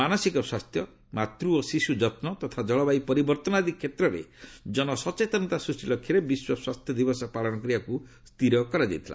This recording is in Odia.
ମାନସିକ ସ୍ୱାସ୍ଥ୍ୟ ମାତ୍ୱ ଓ ଶିଶୁ ଯତ୍ନ ଯଥା ଜଳବାୟୁ ପରିବର୍ତ୍ତନ ଆଦି କ୍ଷେତ୍ରରେ ଜନସଚେତନତା ସୃଷ୍ଟି ଲକ୍ଷ୍ୟରେ ବିଶ୍ୱ ସ୍ୱାସ୍ଥ୍ୟଦିବସ ପାଳନ କରିବାକୁ ସ୍ଥିର କରାଯାଇଥିଲା